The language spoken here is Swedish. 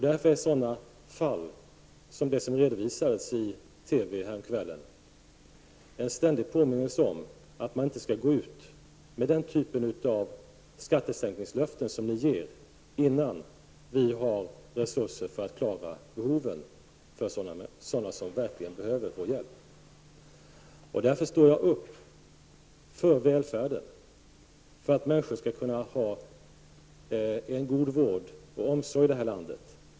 Därför är sådana fall som det som redovisades i TV häromkvällen en ständigt påminnelse om att man inte skall gå ut med den typen av skattesänkningslöften som ni ger innan vi har resurser för att klara behoven för människor som verkligen behöver vår hjälp. Därför står jag upp för välfärden, för att människor skall kunna ha en god vård och omsorg här i landet.